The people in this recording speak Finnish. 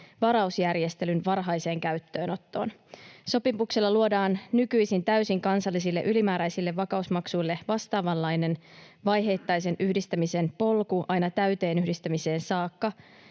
varausjärjestelyn varhaiseen käyttöönottoon. Sopimuksella luodaan nykyisin täysin kansallisille ylimääräisille vakausmaksuille vastaavanlainen vaiheittaisen yhdistämisen polku aina täyteen yhdistämiseen saakka